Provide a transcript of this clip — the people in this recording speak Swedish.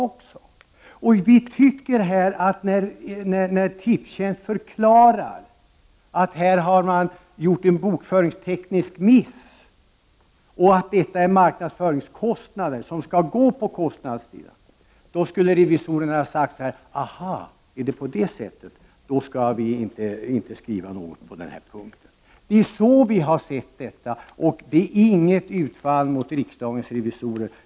Och vi tycker att när Tipstjänst förklarar att man här har gjort en bokföringsteknisk miss och att det är fråga om marknadsföringskostnader som skall föras till kostnadssidan, skulle revisorerna ha sagt: ”Aha, är det på det sättet, då skall vi inte skriva något på den här punkten.” Det är så vi har sett detta, och det är inget utfall mot riksdagens revisorer.